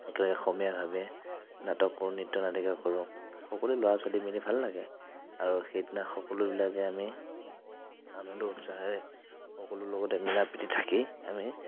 একেলগে অসমীয়া ভাৱে নাটক কৰোঁ নৃত্য নাটিকা কৰোঁ সকলোৱে ল'ৰা ছোৱালী মিলি ভাল লাগে আৰু সেইদিনা সকলোবিলাকে আমি আনন্দ উৎসাহে সকলো লগতে মিল প্ৰীতি থাকি আমি